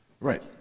Right